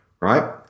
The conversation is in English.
right